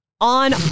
On